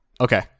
Okay